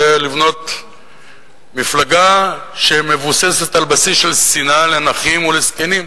יהיה לבנות מפלגה שמבוססת על שנאה לנכים או לזקנים,